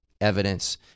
evidence